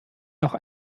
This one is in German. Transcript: noch